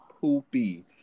poopy